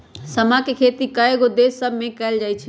समा के खेती कयगो देश सभमें कएल जाइ छइ